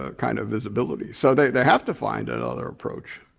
ah kind of visibility. so they they have to find another approach.